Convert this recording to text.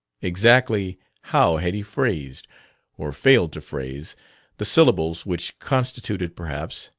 exactly how had he phrased or failed to phrase the syllables which constituted, perhaps,